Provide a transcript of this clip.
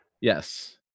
Yes